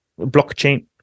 blockchain